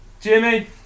Jimmy